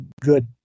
good